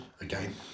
again